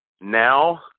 now